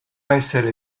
essere